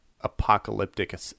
apocalyptic